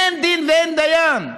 אין דין ואין דיין.